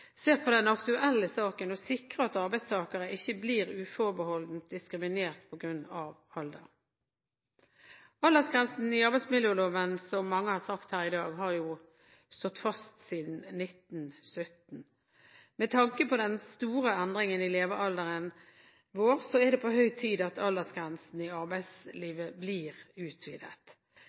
se på den aktuelle saken og sikre at arbeidstakere ikke blir uforbeholdent diskriminert på grunn av alder. Aldersgrensen i arbeidsmiljøloven har, som mange har sagt her i dag, stått fast siden 1917. Med tanke på den store endringen i levealderen vår er det på høy tid at aldersgrensen i arbeidslivet blir utvidet.